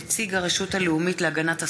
(נציג הרשות הלאומית להגנת הסייבר,